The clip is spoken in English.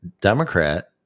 Democrat